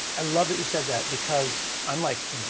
i love that you said that because i'm like,